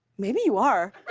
maybe you are.